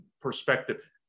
perspective